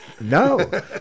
No